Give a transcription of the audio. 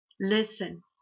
Listen